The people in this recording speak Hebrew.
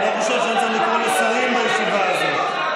אני לא חושב שאני צריך לקרוא לשרים בישיבה הזאת.